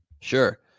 Sure